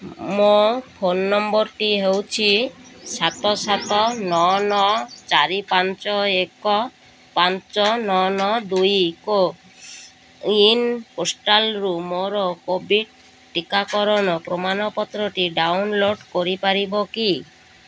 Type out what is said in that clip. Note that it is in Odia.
ମୋ ଫୋନ୍ ନମ୍ବର୍ଟି ହେଉଛି ସାତ ସାତ ନଅ ନଅ ଚାରି ପାଞ୍ଚ ଏକ ପାଞ୍ଚ ନଅ ନଅ ଦୁଇ କୋୱିନ୍ ପୋଷ୍ଟାଲ୍ରୁ ମୋର କୋଭିଡ଼୍ ଟିକାକରଣ ପ୍ରମାଣପତ୍ରଟି ଡାଉନଲୋଡ଼୍ କରିପାରିବ କି